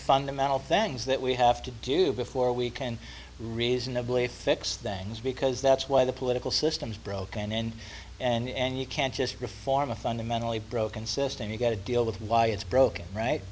fundamental things that we have to do before we can reasonably fix things because that's why the political system is broken and and you can't just reform a fundamentally broken system you've got to deal with why it's broken right